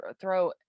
throw